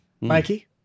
Mikey